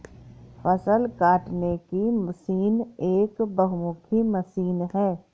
फ़सल काटने की मशीन एक बहुमुखी मशीन है